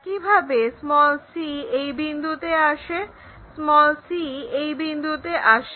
একইভাবে c এই বিন্দুতে আসে c এই বিন্দুতে আসে